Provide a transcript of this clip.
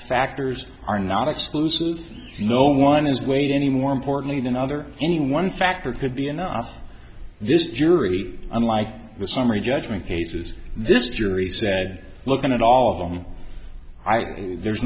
factors are not exclusive no one is weight any more important than another any one factor could be enough this jury unlike the summary judgment cases this jury said looking at all of them high there's